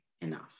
enough